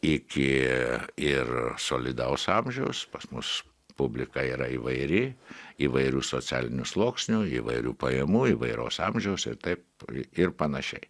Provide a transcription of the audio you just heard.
iki ir solidaus amžiaus pas mus publika yra įvairi įvairių socialinių sluoksnių įvairių pajamų įvairaus amžiaus ir taip ir panašiai